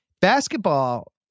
basketball